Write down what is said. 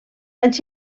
anys